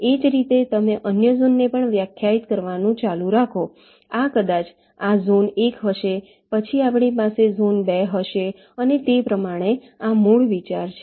એ જ રીતે તમે અન્ય ઝોનને વ્યાખ્યાયિત કરવાનું ચાલુ રાખો આ કદાચ આ ઝોન 1 હશે પછી આપણી પાસે ઝોન 2 હશે અને તે પ્રમાણે આ મૂળભૂત વિચાર છે